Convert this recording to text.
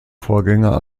vorgänger